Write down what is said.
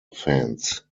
fans